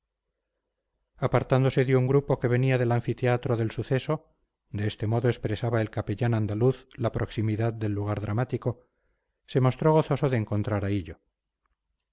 apartándose de un grupo que venía del anfiteatro del suceso de este modo expresaba el capellán andaluz la proximidad del lugar dramático se mostró gozoso de encontrar a hillo